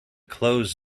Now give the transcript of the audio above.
clothes